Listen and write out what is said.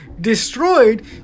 destroyed